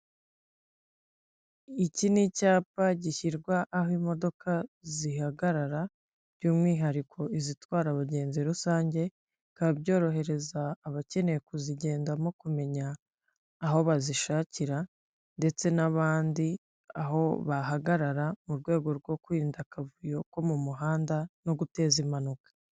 Iki ni icyapa gishyirwa aho imodoka zihagarara by'umwihariko izitwara abagenzi rusange, bikaba byorohereza abakeneye kuzigendamo kumenya aho bazishakira ndetse n'abandi aho bahagarara, mu rwego rwo kwirinda akavuyo ko mu muhanda no guteza impanuka.